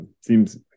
seems